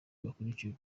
bakurikira